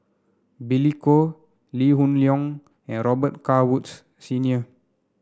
Billy Koh Lee Hoon Leong and Robet Carr Woods Senior